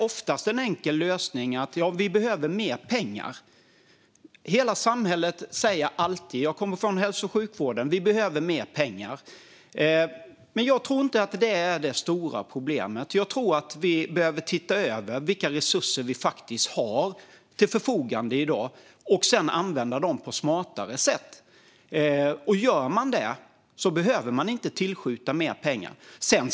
Den enkla lösning man ofta ropar på är mer pengar. Jag kommer själv från hälso och sjukvården. I hela samhället säger man alltid: Vi behöver mer pengar! Men jag tror inte att det löser det stora problemet. Jag tror att vi behöver se på vilka resurser vi faktiskt har till förfogande i dag och använda dem på smartare sätt. Gör man detta behöver man inte tillskjuta mer pengar.